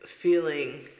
feeling